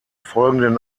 folgenden